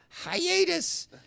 Hiatus